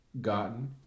gotten